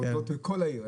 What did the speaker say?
עבודות בכל העיר,